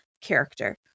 character